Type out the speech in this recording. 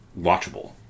watchable